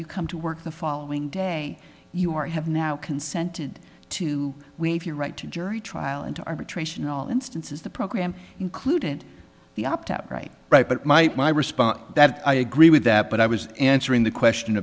you come to work the following day you are have now consented to waive your right to jury trial and to arbitration in all instances the program included the opt out right right but my my response that i agree with that but i was answering the question